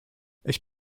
ich